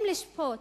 אם לשפוט